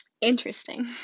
Interesting